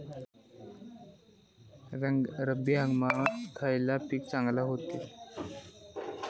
रब्बी हंगामाक खयला पीक चांगला होईत?